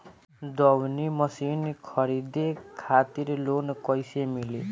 दऊनी मशीन खरीदे खातिर लोन कइसे मिली?